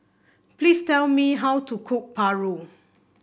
please tell me how to cook paru